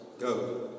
go